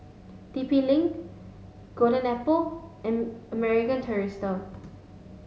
T P link Golden Apple and American Tourister